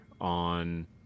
on